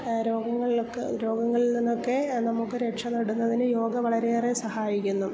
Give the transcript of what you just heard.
രോഗങ്ങളിലൊക്കെ രോഗങ്ങളിൽ നിന്നൊക്കെ നമുക്ക് രക്ഷ നേടുന്നതിന് യോഗ വളരെയേറെ സഹായിക്കുന്നു